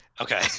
Okay